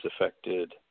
affected